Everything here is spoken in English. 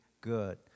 good